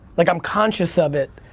like i'm conscious of it.